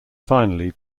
finally